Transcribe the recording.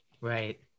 right